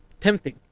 Tempting